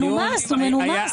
הוא מנומס, מה?